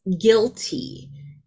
guilty